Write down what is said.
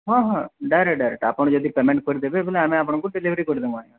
ହଁ ହଁ direct direct ଆପଣ ଯଦି ପେମେଣ୍ଟ କରି ଦେବେ ବଲେ ଆମେ ଆପଣଙ୍କୁ ଡ଼େଲିଭରି କରିଦବୁ ଆଜ୍ଞା